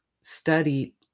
studied